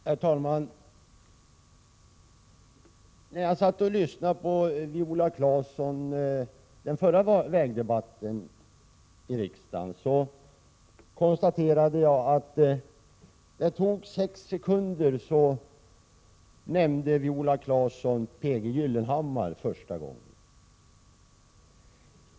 Herr talman! När jag satt och lyssnade på Viola Claesson under den förra vägdebatten i riksdagen konstaterade jag att det dröjde sex sekunder innan hon nämnde P. G. Gyllenhammar första gången.